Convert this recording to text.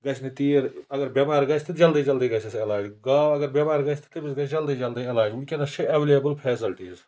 گژھِ نہٕ تیٖر اگر بٮ۪مار گژھِ تہٕ جلدی جلدی گژھٮ۪س علاج گاو اگر بٮ۪مار گژھِ تہٕ تٔمِس گژھِ جلدی جلدی علاج وٕنکٮ۪نَس چھِ اٮ۪ولیبٕل فیسَلٹیٖز